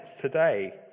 today